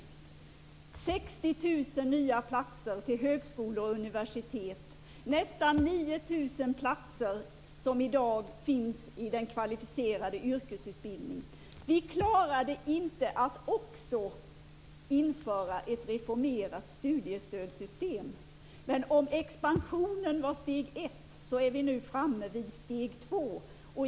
Vi har satsat på 60 000 nya platser på högskolor och universitet. Nästan 9 000 nya platser finns i dag inom den kvalificerade yrkesutbildningen. Vi klarade inte att också införa ett reformerat studiestödssystem. Men om expansionen var steg 1 är vi nu framme vid steg 2.